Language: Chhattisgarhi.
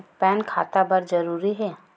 पैन खाता बर जरूरी हे?